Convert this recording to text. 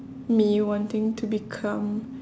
me wanting to become